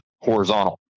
horizontal